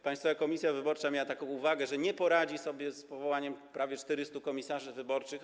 Państwowa Komisja Wyborcza miała taką uwagę, że nie poradzi sobie z powołaniem prawie 400 komisarzy wyborczych.